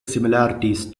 similarities